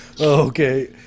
okay